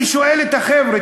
אני שואל את החבר'ה,